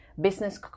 business